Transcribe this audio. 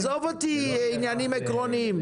עזוב אותי עניינים עקרוניים.